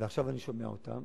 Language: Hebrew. ועכשיו אני שומע אותן.